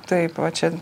taip va čia